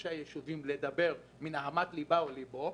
מראשי הישובים לדבר מנהמת ליבה או ליבו.